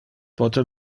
pote